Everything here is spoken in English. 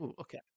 Okay